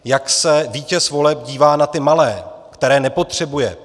Jak se vítěz voleb dívá na ty malé, které nepotřebuje.